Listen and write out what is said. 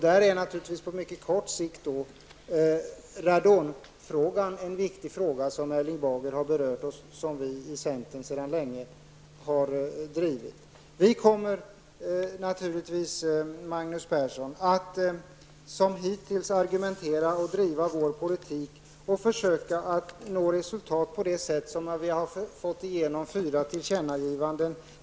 Där är naturligtvis radonfrågan, som Erling Bager har berört, mycket viktig på kort sikt. Vi har drivit den frågan länge i centern. Vi kommer naturligtvis, Magnus Persson, att som hittills argumentera och driva vår politik. Vi kommer att försöka att nå resultat på samma sätt som vi har fått igenom fyra tillkännagivanden.